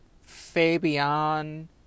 Fabian